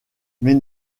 mais